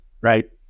Right